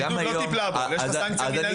הפרקליטות לא טיפלה בו אבל יש לך סנקציה מנהלית.